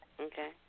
Okay